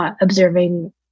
observing